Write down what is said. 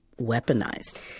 weaponized